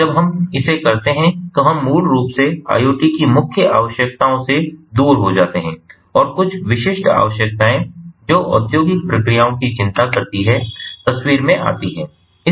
और जब हम इसे करते हैं तो हम मूल रूप से IoT की मुख्य आवश्यकताओं से दूर हो जाते हैं और कुछ विशिष्ट आवश्यकताएं जो औद्योगिक प्रक्रियाओं की चिंता करती हैं तस्वीर में आती हैं